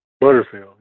Butterfield